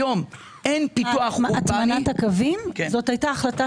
היום אין פיתוח אורבני --- הטמנת הקווים הייתה החלטה